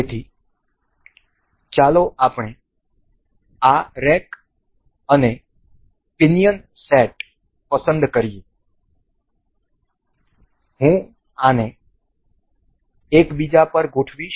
તેથી ચાલો આપણે આ રેક અને પિનિયન સેટ કરીએ હું આને એક બીજા ઉપર ગોઠવીશ